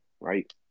right